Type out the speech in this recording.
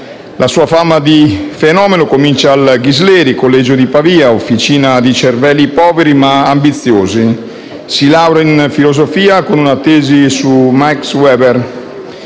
La sua fama di fenomeno comincia al Ghisleri, collegio di Pavia, officina di cervelli poveri, ma ambiziosi; si laurea poi in filosofia con una tesi su Max Weber.